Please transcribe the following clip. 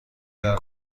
این